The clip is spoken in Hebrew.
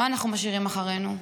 מה אנחנו משאירים אחרינו?